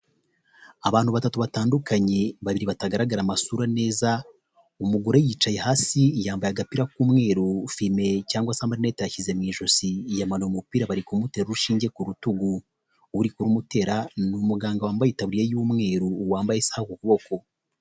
Abantu batatu batandukanye babiri batagaragara amasura neza umugore yicaye hasi yambaye agapira k'umweru, fime cyangwa se amarinete yashyize mu ijosi, yamanuye umupira, bari kumutera urushinge ku rutugu uri kuru mutera ni umuganga wambaye itaburiya y'umweru, wambaye isaha k'ukuboko.